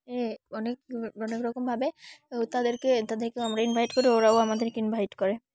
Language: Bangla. এ অনেক অনেক রকমভাবে তাদেরকে তাদেরকে আমরা ইনভাইট করে ওরাও আমাদেরকে ইনভাইট করে